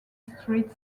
street